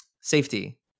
safety